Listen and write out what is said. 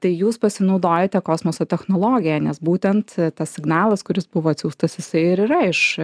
tai jūs pasinaudojote kosmoso technologija nes būtent tas signalas kuris buvo atsiųstas jisai ir yra iš